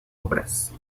obras